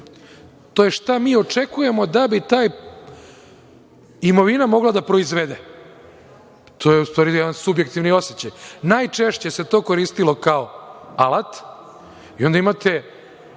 To je šta mi očekujemo da bi ta imovina mogla da proizvede. To je zapravo jedan subjektivni osećaj. Najčešće se to koristilo kao alat i onda imate